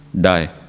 die